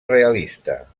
realista